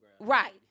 Right